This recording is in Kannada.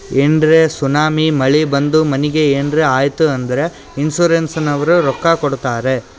ಏನರೇ ಸುನಾಮಿ, ಮಳಿ ಬಂದು ಮನಿಗ್ ಏನರೇ ಆಯ್ತ್ ಅಂದುರ್ ಇನ್ಸೂರೆನ್ಸನವ್ರು ರೊಕ್ಕಾ ಕೊಡ್ತಾರ್